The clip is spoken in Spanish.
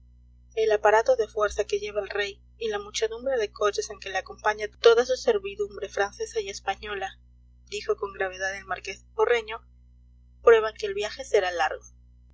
el aparato de fuerza que lleva el rey y la muchedumbre de coches en que le acompaña toda su servidumbre francesa y española dijo con gravedad el marqués de porreño prueban que el viaje será largo